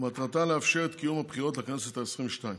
ומטרתה לאפשר את קיום הבחירות לכנסת העשרים-ושתיים.